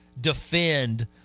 defend